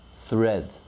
thread